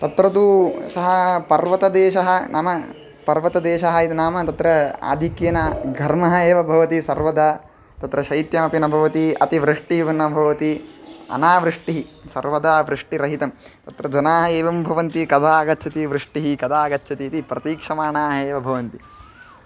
अत्र तु सः पर्वतदेशः नाम पर्वतदेशः इति नाम तत्र आधिक्येन घर्मः एव भवति सर्वदा तत्र शैत्यमपि न भवति अतिवृष्टिः न भवति अनावृष्टिः सर्वदा वृष्टिरहितं तत्र जनाः एवं भवन्ति कदा आगच्छति वृष्टिः कदा आगच्छति इति प्रतीक्षमाणाः एव भवन्ति